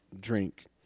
drink